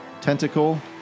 Tentacle